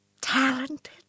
talented